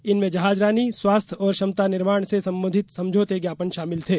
इनमें जहाजरानी स्वास्थ्य और क्षमता निर्माण से संबंधित समझौते ज्ञापन शामिल थे